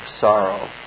sorrow